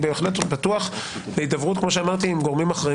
אני בהחלט פתוח להידברות עם גורמים אחרים